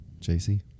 JC